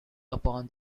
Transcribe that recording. upon